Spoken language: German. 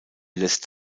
lässt